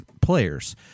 players